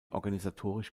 organisatorisch